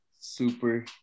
super